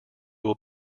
will